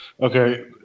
Okay